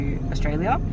Australia